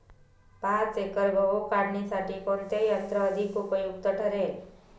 पाच एकर गहू काढणीसाठी कोणते यंत्र अधिक उपयुक्त ठरेल?